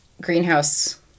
greenhouse